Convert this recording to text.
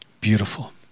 beautiful